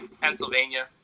pennsylvania